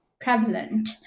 prevalent